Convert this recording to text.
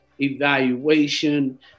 evaluation